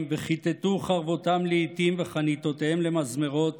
וכתתו חרבותם לאתים וחניתותיהם למזמרות